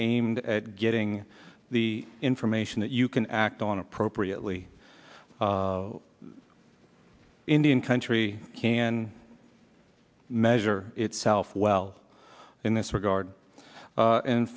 aimed at getting the information that you can act on appropriately indian country can measure itself well in this regard